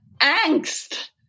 angst